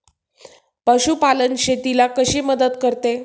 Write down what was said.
पशुपालन शेतीला कशी मदत करते?